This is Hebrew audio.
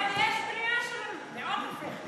אבל יש בנייה של מאות-אלפי יחידות.